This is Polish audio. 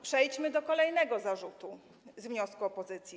Przejdźmy do kolejnego zarzutu z wniosku opozycji.